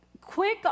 Quick